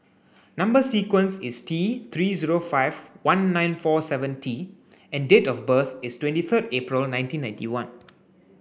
number sequence is T three zero five one nine four seven T and date of birth is twenty third April nineteen ninety one